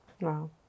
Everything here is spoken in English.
Wow